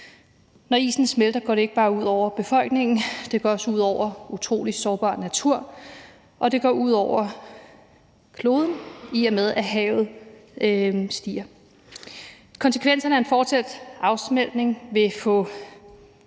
Når isen smelter, går det ikke bare ud over befolkningen; det går også ud over utrolig sårbar natur, og det går ud over kloden, i og med at havet stiger. Virkningerne af en fortsat afsmeltning vil få